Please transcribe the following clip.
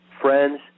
Friends